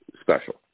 special